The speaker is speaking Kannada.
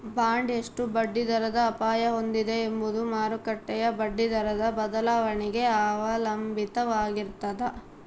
ಬಾಂಡ್ ಎಷ್ಟು ಬಡ್ಡಿದರದ ಅಪಾಯ ಹೊಂದಿದೆ ಎಂಬುದು ಮಾರುಕಟ್ಟೆಯ ಬಡ್ಡಿದರದ ಬದಲಾವಣೆಗೆ ಅವಲಂಬಿತವಾಗಿರ್ತದ